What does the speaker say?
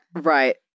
Right